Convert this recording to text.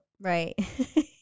Right